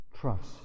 trust